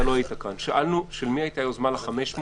לא היית כאן של מי הייתה היוזמה ל-500.